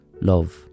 love